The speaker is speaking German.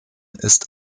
ist